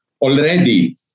already